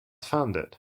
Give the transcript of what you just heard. funded